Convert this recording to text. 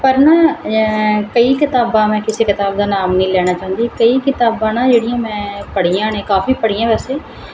ਪਰ ਨਾ ਕਈ ਕਿਤਾਬਾਂ ਮੈਂ ਕਿਸੇ ਕਿਤਾਬ ਦਾ ਨਾਮ ਨਹੀਂ ਲੈਣਾ ਚਾਹੁੰਦੀ ਕਈ ਕਿਤਾਬਾਂ ਨਾ ਜਿਹੜੀਆਂ ਮੈਂ ਪੜ੍ਹੀਆਂ ਨੇ ਕਾਫੀ ਪੜ੍ਹੀਆਂ ਵੈਸੇ